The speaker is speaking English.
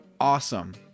awesome